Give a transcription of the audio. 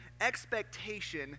expectation